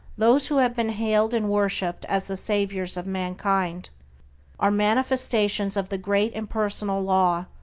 those who have been hailed and worshiped as the saviors of mankind are manifestations of the great impersonal law,